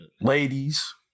Ladies